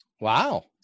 Wow